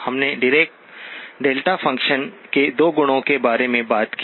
हमने डीरेका delta function के 2 गुणों के बारे में बात की